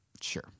Sure